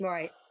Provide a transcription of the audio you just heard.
Right